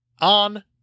on